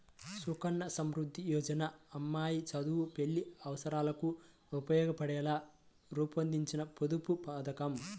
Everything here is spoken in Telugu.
సుకన్య సమృద్ధి యోజన అమ్మాయి చదువు, పెళ్లి అవసరాలకు ఉపయోగపడేలా రూపొందించిన పొదుపు పథకం